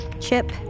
Chip